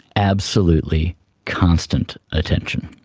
absolutely constant attention.